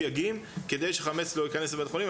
יש סייגים כדי שחמץ לא ייכנס לבית החולים,